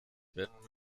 wenn